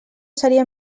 seria